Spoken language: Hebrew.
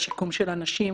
בשיקום של הנשים,